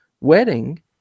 wedding